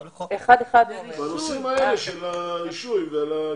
בכל מקום שאם הם לא יעשו את זה מהר,